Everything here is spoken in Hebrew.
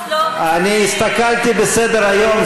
אני הסתכלתי בסדר-היום,